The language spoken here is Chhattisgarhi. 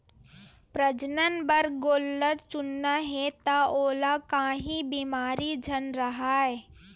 प्रजनन बर गोल्लर चुनना हे त ओला काही बेमारी झन राहय